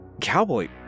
Cowboy